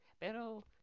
Pero